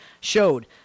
showed